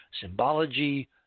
symbology